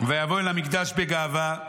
"ויבוא אל המקדש בגאווה,